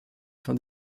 fin